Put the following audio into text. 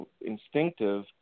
instinctive